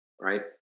right